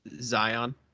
Zion